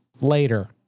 later